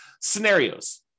scenarios